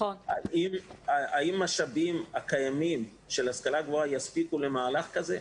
האם המשאבים הקיימים של ההשכלה הגבוהה יספיקו למהלך כזה?